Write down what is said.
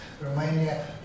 Romania